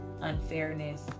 unfairness